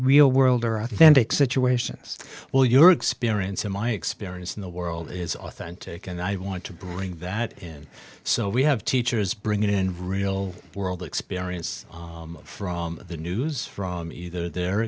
real world or authentic situations well your experience in my experience in the world is authentic and i want to bring that in so we have teachers bring it in real world experience from the news from either their